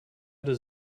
does